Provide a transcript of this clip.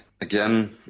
Again